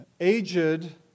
aged